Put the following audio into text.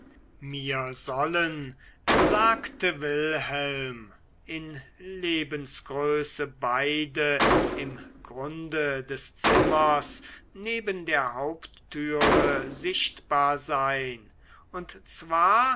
mir sollen sagte wilhelm in lebensgröße beide im grunde des zimmers neben der haupttüre sichtbar sein und zwar